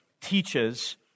teaches